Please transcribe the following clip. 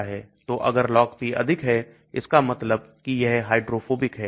तो अगर LogP अधिक है इसका मतलब कि यह हाइड्रोफोबिक है